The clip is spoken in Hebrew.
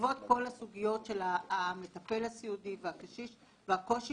בעקבות כל הסוגיות של המטפל הסיעודי והקשיש והקושי